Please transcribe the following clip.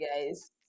guys